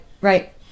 right